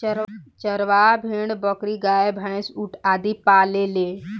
चरवाह भेड़, बकरी, गाय, भैन्स, ऊंट आदि पालेले